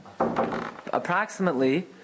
approximately